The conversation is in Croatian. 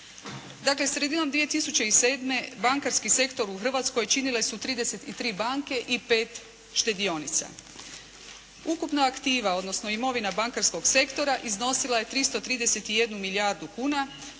Dakle, sredinom 2007. bankarski sektor u Hrvatskoj činile su 33 banke i 5 štedionica. Ukupna aktiva odnosno imovina bankarskog sektora iznosila je 331 milijardu kuna